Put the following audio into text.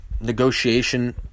negotiation